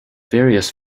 various